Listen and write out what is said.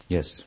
Yes